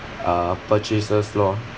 uh purchases lor